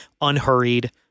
unhurried